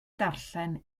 darllen